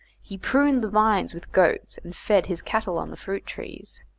he pruned the vines with goats and fed his cattle on the fruit trees.